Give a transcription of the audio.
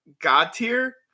god-tier